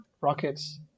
Rockets